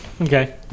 okay